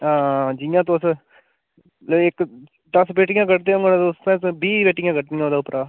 हांआं जि'यां तुस मतलब इक दस्स पेटियां कढदे होङन तुस ते बीह् पेटियां कढनियां ओह्दे उप्परा